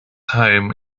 home